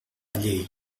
llei